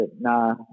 nah